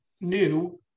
new